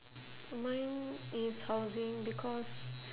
mine is housing because